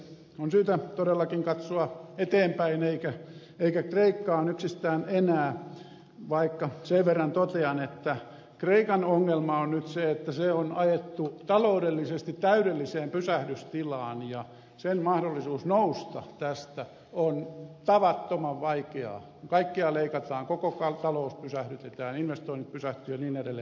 on syytä todellakin katsoa eteenpäin eikä kreikkaan yksistään enää vaikka sen verran totean että kreikan ongelma on nyt se että se on ajettu taloudellisesti täydelliseen pysähdystilaan ja sen mahdollisuus nousta tästä on tavattoman vaikeaa kun kaikkea leikataan koko talous pysähdytetään investoinnit pysähtyvät ja niin edelleen